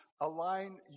align